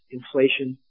inflation